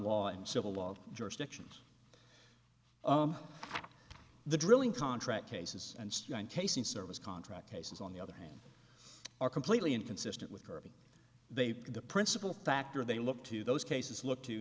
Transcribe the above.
law and civil law jurisdictions the drilling contract cases and casing service contract cases on the other hand are completely inconsistent with kirby they are the principal factor they look to those cases look to